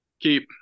Keep